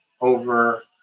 over